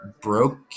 broke